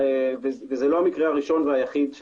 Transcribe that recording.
וזה לא המקרה הראשון והיחיד.